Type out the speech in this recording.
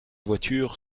voiture